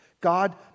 God